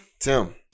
Tim